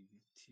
ibiti.